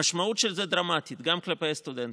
המשמעות של זה דרמטית, גם כלפי הסטודנטים,